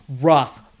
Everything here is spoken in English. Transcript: rough